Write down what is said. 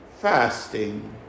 fasting